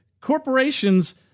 corporations